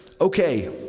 okay